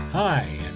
Hi